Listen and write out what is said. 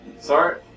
Sorry